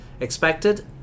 expected